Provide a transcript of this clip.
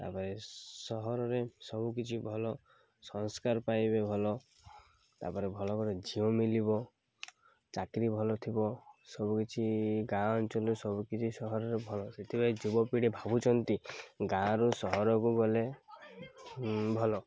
ତାପରେ ସହରରେ ସବୁକିଛି ଭଲ ସଂସ୍କାର ପାଇବେ ଭଲ ତାପରେ ଭଲ ଭଲ ଝିଅ ମଳିବ ଚାକିରି ଭଲ ଥିବ ସବୁକିଛି ଗାଁ ଅଞ୍ଚଲରୁ ସବୁକିଛି ସହରରେ ଭଲ ସେଥିପାଇଁ ଯୁବପିଢ଼ି ଭାବୁଛନ୍ତି ଗାଁରୁ ସହରକୁ ଗଲେ ଭଲ